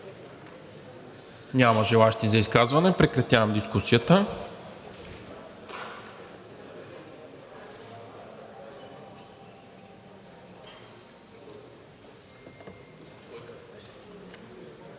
Няма желаещи за изказвания. Прекратявам дискусията.